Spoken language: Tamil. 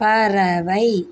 பறவை